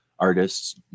artists